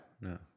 No